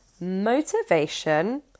motivation